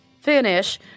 finish